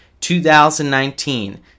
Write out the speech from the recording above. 2019